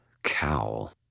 cowl